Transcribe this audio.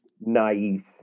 Nice